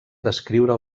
descriure